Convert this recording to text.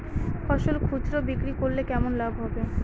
ফসল খুচরো বিক্রি করলে কেমন লাভ হবে?